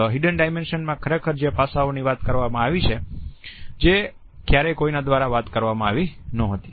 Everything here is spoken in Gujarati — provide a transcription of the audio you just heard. ધ હિડન ડાયમેન્શનમાં ખરેખર જે પાસાઓની વાત કરવામાં આવી છે જે ક્યારેય કોઈના દ્વારા વાત કરવામાં આવી ન હતી